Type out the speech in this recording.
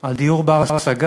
מדברים על דיור בר-השגה,